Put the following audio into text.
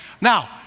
now